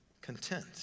content